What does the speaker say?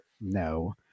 No